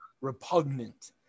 repugnant